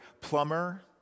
plumber